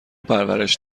پرورش